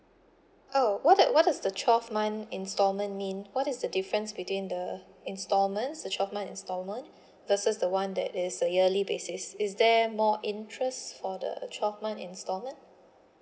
oh what the what is the twelve month installment mean what is the difference between the installments the twelve month installment versus the [one] that is a yearly basis is there more interest for the twelve month installment